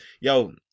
Yo